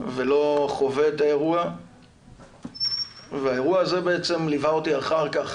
ולא חווה את האירוע והאירוע הזה ליווה אותי אחר כך